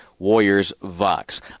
WarriorsVox